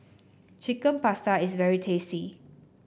Chicken Pasta is very tasty